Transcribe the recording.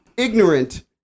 Ignorant